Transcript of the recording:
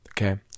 Okay